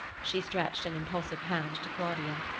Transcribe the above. she stretched an impulsive hand to claudia.